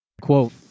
Quote